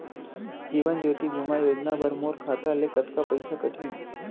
जीवन ज्योति बीमा योजना बर मोर खाता ले कतका पइसा कटही?